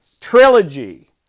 trilogy